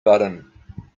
button